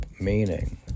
meaning